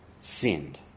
sinned